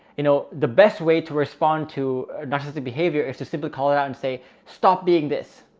you know, the best way to respond to narcissistic behavior is to simply call it out and say, stop being this.